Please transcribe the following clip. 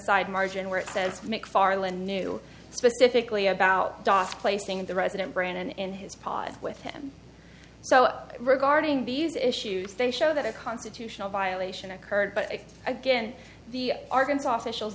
side margin where it says mcfarland knew specifically about dos placing the resident brannon in his pod with him so regarding these issues they show that a constitutional violation occurred but again the arkansas socials